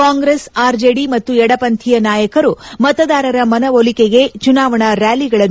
Congress RJD ಮತ್ತು ಎಡಪಂಥೀಯ ನಾಯಕರು ಮತದಾರರ ಮನವೊಲಿಕೆಗೆ ಚುನಾವಣಾ ರ್ಡಾಲಿಗಳನ್ನು ನಡೆಸಿದರು